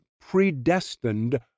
predestined